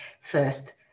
first